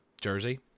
jersey